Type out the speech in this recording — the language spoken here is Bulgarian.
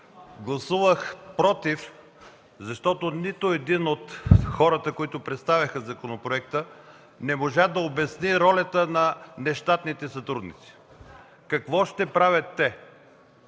Гласувах „против”, защото нито един от хората, които представяха законопроекта, не можа да обясни ролята на нещатните сътрудници. Какво ще правят те?